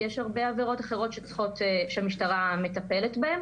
יש הרבה עבירות אחרות שהמשטרה מטפלת בהן.